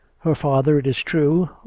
her father, it is true,